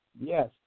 Yes